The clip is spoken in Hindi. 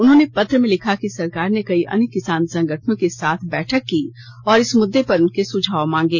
उन्होंने पंत्र में लिखा कि सरकार ने कई अन्य किसान संगठनों के साथ बैठक की और इस मुद्दे पर उनके सुझाव मांगे